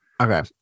Okay